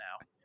now